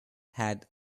had